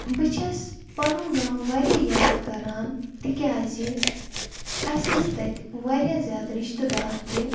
بہٕ چھَس پَنُن گام واریاہ یاد کَران تِکیٛازِ اَسہِ ٲسۍ تَتہِ واریاہ زیادٕ رِشتہٕ دار تہِ